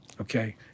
Okay